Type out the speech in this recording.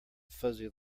fuzzy